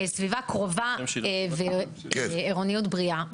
סביבה קרובה ועירוניות בריאה.